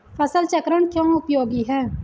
फसल चक्रण क्यों उपयोगी है?